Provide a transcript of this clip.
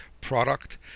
product